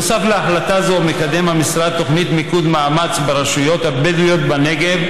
בנוסף להחלטה זו מקדם המשרד תוכנית מיקוד מאמץ ברשויות הבדואיות בנגב,